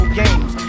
games